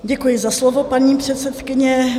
Děkuji za slovo, paní předsedkyně.